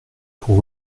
pour